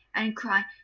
and crying,